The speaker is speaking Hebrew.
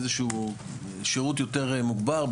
איזשהו שירות יותר מוגבר,